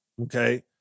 Okay